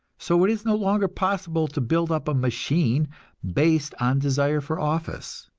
so it is no longer possible to build up a machine based on desire for office.